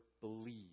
believe